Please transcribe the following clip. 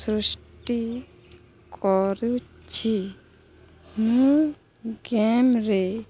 ସୃଷ୍ଟି କରୁଛି ମୁଁ ଗେମ୍ରେ